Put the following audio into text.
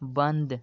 بند